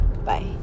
Bye